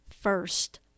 First